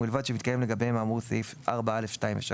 ובלבד שמתקיים לגביהם האמור בסעיף 4(א)(2) ו-(3)